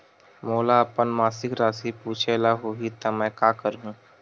मोला अपन मासिक राशि पूछे ल होही त मैं का करहु?